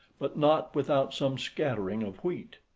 but not without some scattering of wheat.